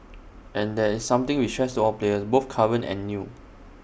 and that is something we tress all players both current and new